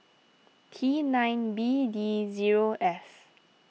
T nine B D zero F